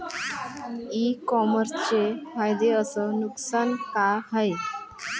इ कामर्सचे फायदे अस नुकसान का हाये